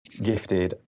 gifted